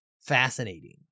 fascinating